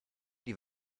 die